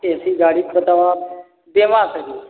ए C गाड़ी का बताओ आप देवा सरीफ